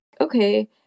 okay